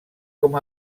com